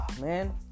man